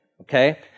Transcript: Okay